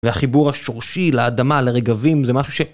והחיבור השורשי לאדמה, לרגבים, זה משהו ש...